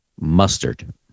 mustard